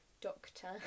doctor